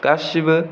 गासैबो